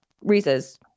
Reese's